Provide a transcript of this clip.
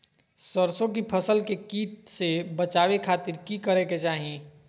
सरसों की फसल के कीट से बचावे खातिर की करे के चाही?